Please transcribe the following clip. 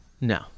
no